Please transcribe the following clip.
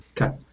Okay